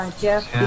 Jeff